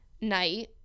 night